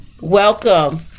welcome